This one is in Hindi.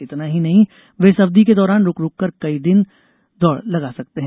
इतना ही नहीं वे इस अवधि के दौरान रुक रुक कर कई दिन दौड़ लगा सकते हैं